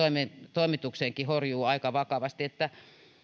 toimitukseenkin horjuu aika vakavasti